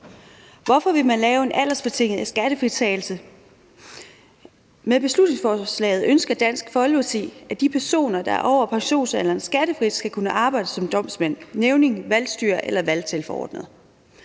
Hvorfor vil man lave en aldersbetinget skattefritagelse? Med beslutningsforslaget ønsker Dansk Folkeparti, at de personer, der er over pensionsalderen, skattefrit skal kunne arbejde som domsmænd, nævninge, valgstyrere eller valgtilforordnede.